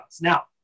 Now